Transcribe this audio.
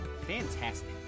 Fantastic